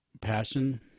passion